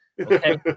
Okay